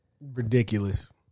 Ridiculous